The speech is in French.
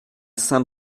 saint